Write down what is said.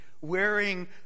wearing